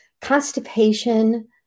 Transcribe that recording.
constipation